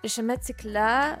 ir šiame cikle